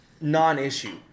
Non-issue